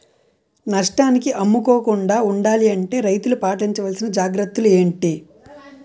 నష్టానికి అమ్ముకోకుండా ఉండాలి అంటే రైతులు పాటించవలిసిన జాగ్రత్తలు ఏంటి